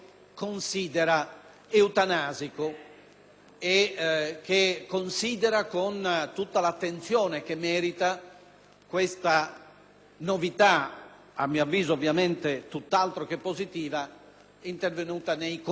eutanasico, con tutta l'attenzione che merita questa novità - a mio avviso ovviamente tutt'altro che positiva - intervenuta nei comportamenti di questo Paese.